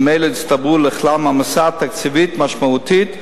אם אלה יצטברו לכלל מעמסה תקציבית משמעותית,